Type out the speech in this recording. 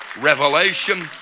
revelation